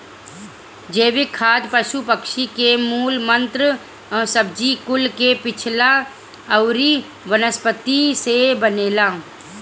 जैविक खाद पशु पक्षी के मल मूत्र, सब्जी कुल के छिलका अउरी वनस्पति से बनेला